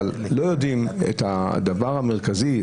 אבל לא יודעים את הדבר המרכזי,